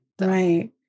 Right